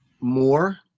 more